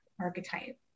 archetype